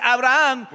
Abraham